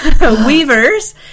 Weavers